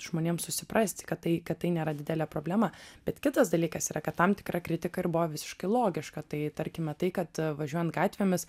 žmonėm susiprasti kad tai kad tai nėra didelė problema bet kitas dalykas yra kad tam tikra kritika ir buvo visiškai logiška tai tarkime tai kad važiuojant gatvėmis